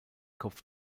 kopf